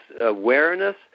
awareness